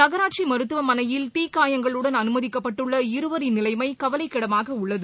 நகராட்சி மருத்துவமனையில் தீக்காயங்களுடன் அனுமதிக்கப்பட்டுள்ள இருவரின் நிலைமை கவலைக்கிடமாக உள்ளது